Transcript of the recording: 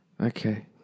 Okay